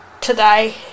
today